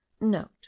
note